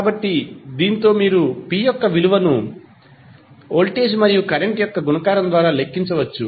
కాబట్టి దీనితో మీరు p యొక్క విలువను వోల్టేజ్ మరియు కరెంట్ యొక్క గుణకారం ద్వారా లెక్కించవచ్చు